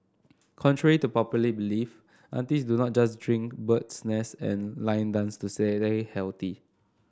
contrary to popular belief aunties do not just chink bird's nest and line dance to healthy